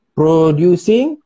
producing